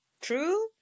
true